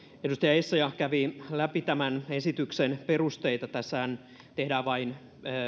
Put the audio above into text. edustaja essayah kävi läpi tämän esityksen perusteita tässähän tehdään vain